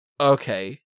Okay